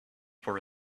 for